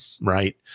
right